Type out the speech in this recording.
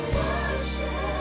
worship